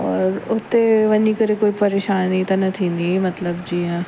और उते वञी करे कोई परेशानी त न थींदी मतिलबु जीअं